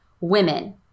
women